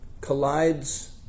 collides